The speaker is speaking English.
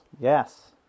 yes